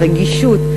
הרגישות,